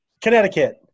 Connecticut